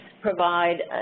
provide